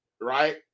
right